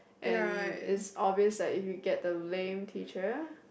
and it's obvious that if you get the lame teacher